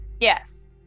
Yes